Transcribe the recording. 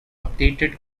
updated